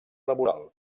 laboral